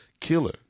killer